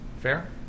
Fair